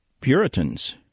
Puritans